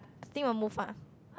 thing will move ah